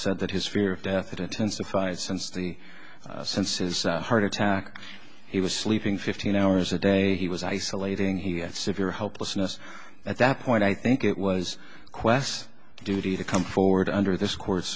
said that his fear of death it tends to fade since the since his heart attack he was sleeping fifteen hours a day he was isolating he had severe hopeless yes at that point i think it was ques duty to come forward under this cour